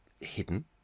hidden